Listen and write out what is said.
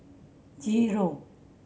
zero